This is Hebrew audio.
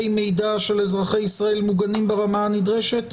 המידע של אזרחי ישראל מוגנים ברמה הנדרשת?